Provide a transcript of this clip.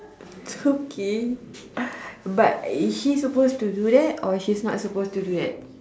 okay but is he suppose to do that or is he not suppose to do that